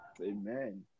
Amen